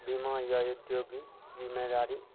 बीमा या ये जो भी जिम्मेदारी